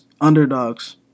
underdogs